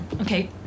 Okay